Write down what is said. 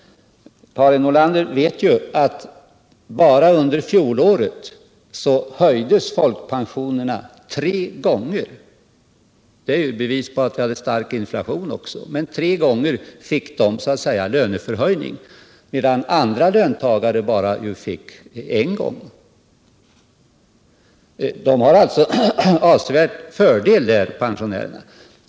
Karin Nordlander vet att bara under fjolåret höjdes folkpensionerna tre gånger — det är också ett bevis på att vi hade stark inflation. Tre gånger fick pensionärerna så att säga löneförhöjningar, medan andra löntagare bara fick det en gång. Pensionärerna har alltså en avsevärd fördel där.